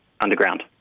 underground